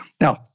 Now